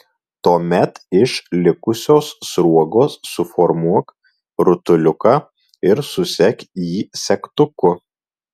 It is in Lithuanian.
tuomet iš likusios sruogos suformuok rutuliuką ir susek jį segtuku